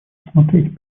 рассмотреть